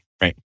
Right